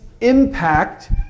impact